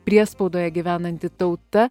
priespaudoje gyvenanti tauta